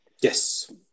Yes